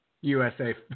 USA